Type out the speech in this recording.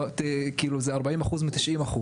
זה 40% מ-90%.